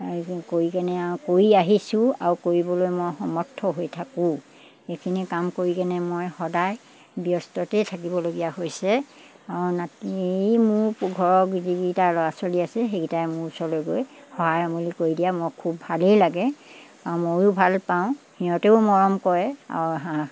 কৰি কেনে আৰু কৰি আহিছোঁ আৰু কৰিবলৈ মই সমৰ্থ হৈ থাকোঁ সেইখিনি কাম কৰি কেনে মই সদায় ব্যস্ততেই থাকিবলগীয়া হৈছে আৰু নাতি মোৰ ঘৰৰ যিকেইটা ল'ৰা ছোৱালী আছে সেইকেইটাই মোৰ ওচৰলৈ গৈ সহায় সমোলি কৰি দিয়ে মই খুব ভালেই লাগে আৰু ময়ো ভালপাওঁ সিহঁতেও মৰম কৰে আৰু হাঁহ